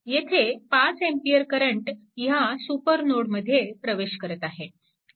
येथे 5A current ह्या सुपरनोडमध्ये प्रवेश करत आहे